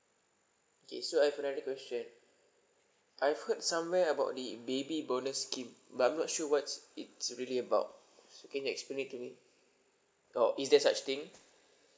okay so I have another question I've heard somewhere about the baby bonus scheme but I'm not sure what's it's really about can you explain it to me or is there such thing